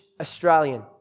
Australian